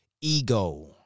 ego